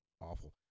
awful